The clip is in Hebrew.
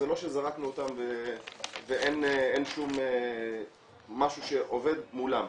זה לא שזרקנו אותם ואין שום משהו שעובד מולם.